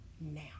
now